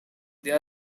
they